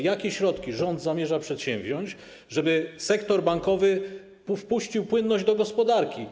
Jakie środki rząd zamierza przedsięwziąć, żeby sektor bankowy wpuścił płynność do gospodarki?